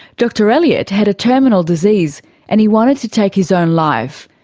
dr elliott had a terminal disease and he wanted to take his own life.